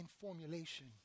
formulation